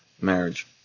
marriage